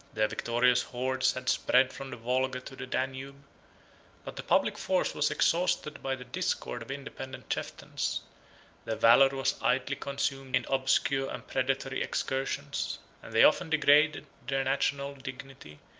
their victorious hordes had spread from the volga to the danube but the public force was exhausted by the discord of independent chieftains their valor was idly consumed in obscure and predatory excursions and they often degraded their national dignity,